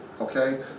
okay